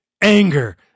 anger